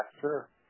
sure